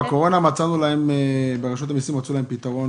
בקורונה ברשות המסים מצאו פתרון